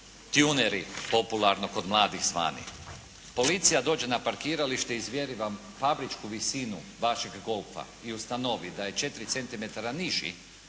tuneri popularno kod mladih zvani. Policija dođe na parkiralište, izmjeri vam fabričku visinu vašeg Golfa i ustanovi da je 4 cm niži